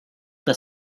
the